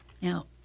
Now